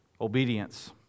obedience